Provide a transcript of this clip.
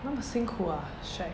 那么辛苦 ah shag